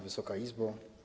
Wysoka Izbo!